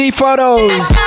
Photos